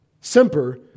Semper